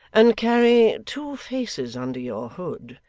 and carry two faces under your hood,